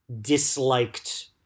disliked